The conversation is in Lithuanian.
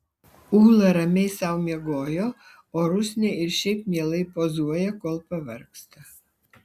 ūla ramiai sau miegojo o rusnė ir šiaip mielai pozuoja kol pavargsta